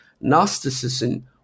Gnosticism